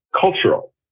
cultural